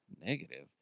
Negative